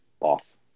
off